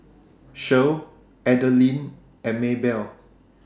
Shirl Adalynn and Maybelle